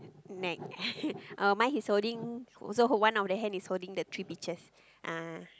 neck uh mine he's holding also one of the hand is holding the three peaches ah